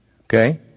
Okay